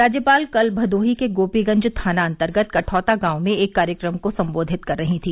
राज्यपाल कल भदोही के गोपीगंज थाना अन्तर्गत कठौता गांव में एक कार्यक्रम को संबोधित कर रही थी